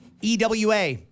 EWA